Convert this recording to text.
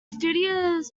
studios